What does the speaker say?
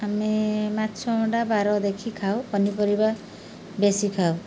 ଆମେ ମାଛ ଅଣ୍ଡା ବାର ଦେଖି ଖାଉ ପନିପରିବା ବେଶୀ ଖାଉ